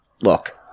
look